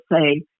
say